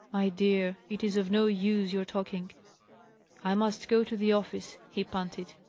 my dear, it is of no use your talking i must go to the office he panted.